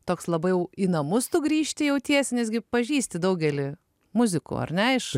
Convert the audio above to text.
toks labai į namus tu grįžti jautiesi nes gi pažįsti daugelį muzikų ar ne iš